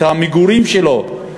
את המגורים שלו.